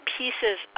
pieces